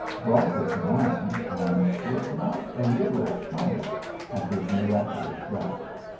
brought her to land and was not a little astonished at his miraculous draught.